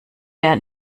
der